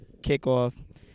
Kickoff